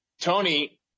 Tony